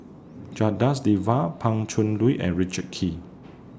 Janadas Devan Pan Cheng Lui and Richard Kee